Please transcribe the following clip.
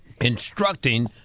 instructing